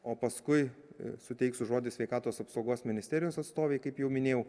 o paskui suteiksiu žodį sveikatos apsaugos ministerijos atstovei kaip jau minėjau